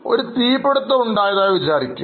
ഒരു തീപിടുത്തം ഉണ്ടായതായി വിചാരിക്കുക